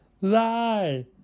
lie